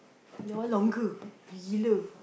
your one longer gila